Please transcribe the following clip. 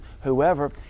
whoever